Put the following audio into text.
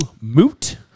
moot